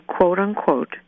quote-unquote